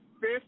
fifth